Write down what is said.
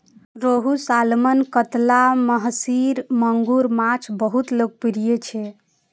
रोहू, सालमन, कतला, महसीर, मांगुर माछ बहुत लोकप्रिय छै